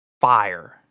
fire